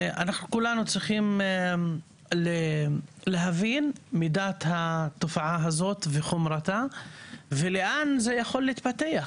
כולנו צריכים להבין את מידת התופעה הזו וחומרתה ולאן זה יכול להתפתח.